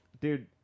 dude